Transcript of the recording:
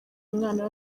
umwana